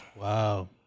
Wow